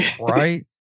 Right